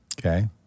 Okay